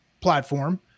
platform